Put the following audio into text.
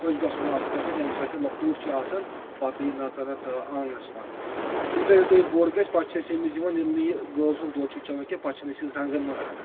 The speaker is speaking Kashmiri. خۄش گژھُن آسَان تمہِ سۭتۍ تَمہِ ساتہٕ لکوٗٹ چھُ آسَان پتہٕ یہِ نژَان اتھ آنٛگنَس منٛز یوٗتاہ یوٗتاہ یہِ بوٚڑ گژھِ پتہٕ چھِ أسۍ أمِس یِوان ییٚلہِ نہٕ یہِ گٲو سُنٛد دۄد چھُ چؠوَان کینٛہہ پَتہٕ چھِنہٕ أسۍ یہِ زنٛگن منٛز رَٹَان